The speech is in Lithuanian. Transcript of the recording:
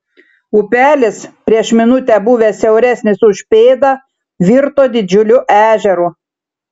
upelis prieš minutę buvęs siauresnis už pėdą virto didžiuliu ežeru